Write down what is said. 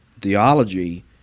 theology